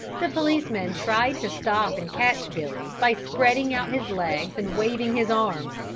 the policeman tried to stop and catch billy by spreading out his legs and waving his arms,